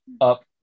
up